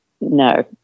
No